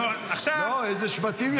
לא, איזה שבטים יצאו.